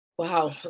Wow